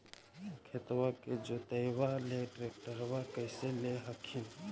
खेतबा के जोतयबा ले ट्रैक्टरबा कैसे ले हखिन?